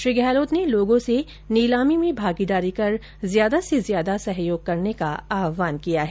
श्री गहलोत ने लोगों से नीलामी में भागीदारी कर ज्यादा से ज्यादा सहयोग करने का आहवान किया है